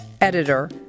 editor